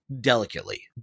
delicately